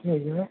के जो है